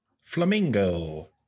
Flamingo